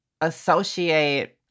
associate